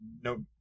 no